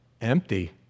Empty